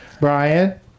Brian